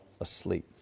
asleep